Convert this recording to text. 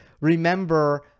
remember